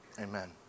amen